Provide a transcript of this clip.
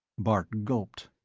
bart gulped.